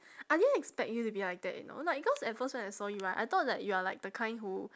I didn't expect you to be like that you know like cause at first when I saw you right I thought that you are like the kind who